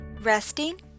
Resting